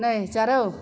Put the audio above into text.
नै जारौ